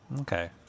Okay